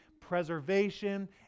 preservation